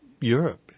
Europe